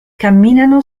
camminano